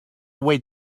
way